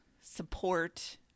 support